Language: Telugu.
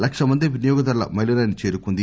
లక్ష మంది వినియోగదారుల మైలురాయిని చేరుకుంది